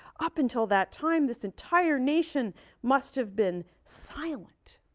up until that time this entire nation must have been silent.